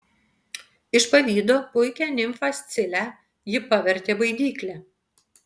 iš pavydo puikią nimfą scilę ji pavertė baidykle